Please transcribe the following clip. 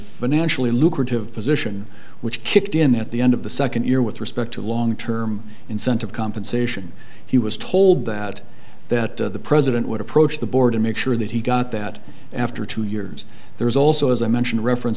financially lucrative position which kicked in at the end of the second year with respect to long term incentive compensation he was told that that the president would approach the board to make sure that he got that after two years there's also as i mentioned reference